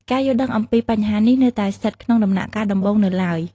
ការយល់ដឹងអំពីបញ្ហានេះនៅតែស្ថិតក្នុងដំណាក់កាលដំបូងនៅឡើយ។